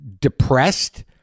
depressed